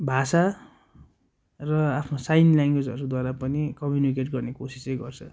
भाषा र आफ्नो साइन ल्याङ्गवेजहरूद्वारा पनि कम्युनिकेट गर्ने कोसिसै गर्छ